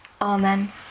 Amen